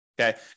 Okay